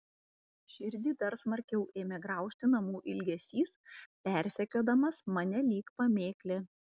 širdį dar smarkiau ėmė graužti namų ilgesys persekiodamas mane lyg pamėklė